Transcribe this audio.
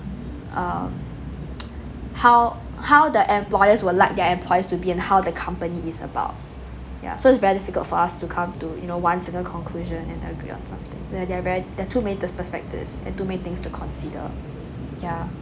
err how how the employers will like their employees to be and how the company is about ya so it's very difficult for us to come to you know one single conclusion and agree on something there are very there are too many perspectives and too many things to consider ya